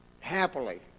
happily